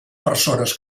persones